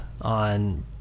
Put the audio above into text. on